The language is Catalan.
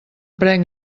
prenc